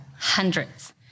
Hundreds